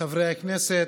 חברי הכנסת,